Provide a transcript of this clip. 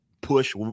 push